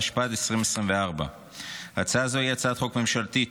התשפ"ד 2024. הצעה זו היא הצעת חוק ממשלתית.